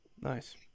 Nice